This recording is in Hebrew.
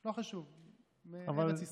לא חשוב, בארץ ישראל.